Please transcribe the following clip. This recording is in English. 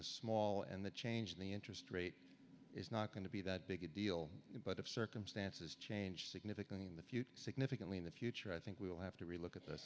is small and the change in the interest rate is not going to be that big a deal but if circumstances change significantly in the future significantly in the future i think we will have to relook at th